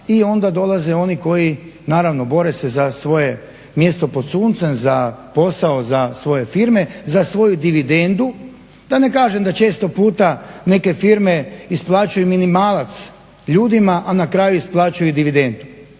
i onda dolaze oni koji naravno bore se za svoje mjesto pod suncem, za posao, za svoje firme, za svoju dividendu. Da ne kažem da često puta neke firme isplaćuju minimalac ljudima, a na kraju isplaćuju dividendu.